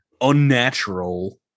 unnatural